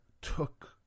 took